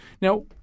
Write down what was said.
Now